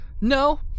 No